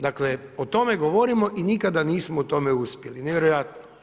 Dakle o tome govorimo i nikada nismo u tome uspjeli, nevjerojatno.